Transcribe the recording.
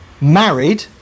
married